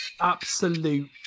absolute